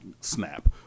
snap